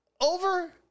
over